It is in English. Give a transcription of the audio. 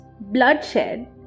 bloodshed